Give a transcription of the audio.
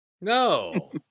No